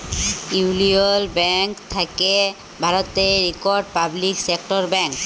ইউলিয়ল ব্যাংক থ্যাকে ভারতের ইকট পাবলিক সেক্টর ব্যাংক